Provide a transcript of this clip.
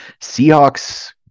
Seahawks